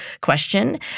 question